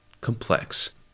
complex